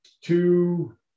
two